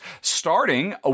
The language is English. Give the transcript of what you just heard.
starting